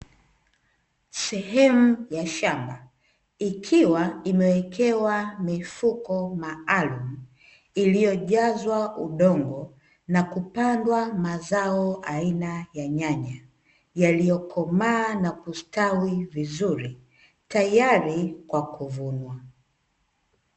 Sehemu ya shamba, ikiwa imewekewa mifuko maalumu, iliyojazwa udongo na kupandwa mazao aina ya nyanya, yaliyo komaa na kustawi vizuri tayari kwa kuvunwa.